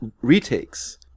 retakes